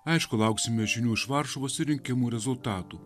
aišku lauksime žinių iš varšuvos ir rinkimų rezultatų